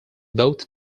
both